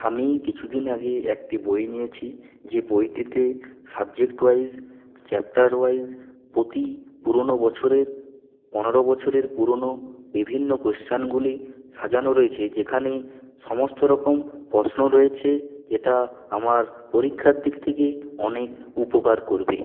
আমি কিছুদিন আগেই একটি বই নিয়েছি যে বইটিতে সাবজেক্ট ওয়াইজ চ্যাপটার ওয়াইজ প্রতি পুরোনো বছরের পনেরো বছরের পুরোনো বিভিন্ন কোশ্চেনগুলি সাজানো রয়েছে যেখানেই সমস্তরকম প্রশ্ন রয়েছে যেটা আমার পরীক্ষার দিক থেকে অনেক উপকার করবে